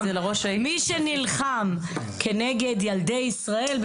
מי שנלחם כנגד ילדי ישראל,